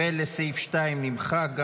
וגם לסעיף 2 נמחק.